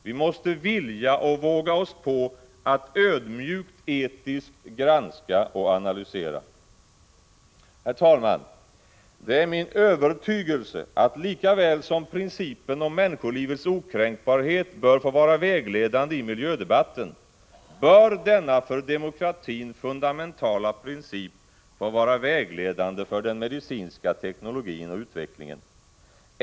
Vi måste vilja och våga oss på att ödmjukt etiskt granska och analysera. Herr talman! Det är min övertygelse att lika väl som principen om människolivets okränkbarhet bör få vara vägledande i miljödebatten, bör denna för demokratin fundamentala princip få vara vägledande för den medicinska teknologin och utvecklingen.